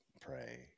pray